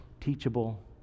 teachable